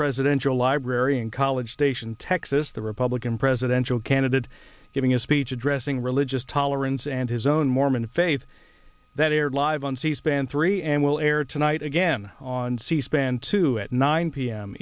presidential library in college station texas the republican presidential candidate giving a speech addressing religious tolerance and his own mormon faith that aired live on c span three and will air tonight again on c span two at nine p